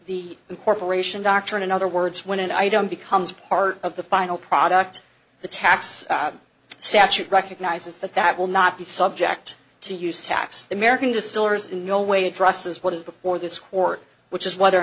the incorporation doctrine in other words when an item becomes part of the final product the tax statute recognizes that that will not be subject to use tax american distillers in no way addresses what is before this court which is whether or